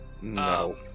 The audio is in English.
No